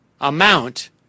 amount